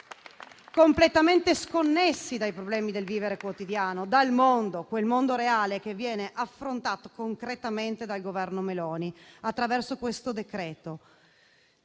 completamente sconnesso dai problemi del vivere quotidiano e del mondo; quel mondo reale che viene affrontato concretamente dal Governo Meloni attraverso questo decreto-legge,